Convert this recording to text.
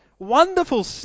Wonderful